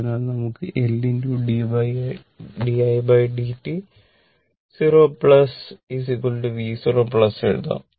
അതിനാൽ നമുക്ക് L didt 0 v0 എഴുതാം